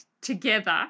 together